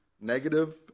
negative